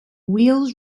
wheels